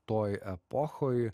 toj epochoj